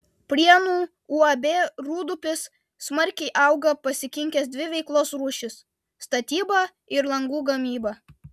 prienų uab rūdupis smarkiai auga pasikinkęs dvi veiklos rūšis statybą ir langų gamybą